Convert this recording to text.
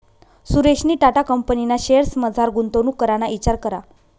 सुरेशनी टाटा कंपनीना शेअर्समझार गुंतवणूक कराना इचार करा